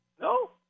No